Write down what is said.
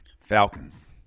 Falcons